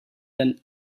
than